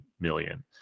million